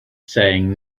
saying